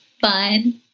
fun